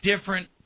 different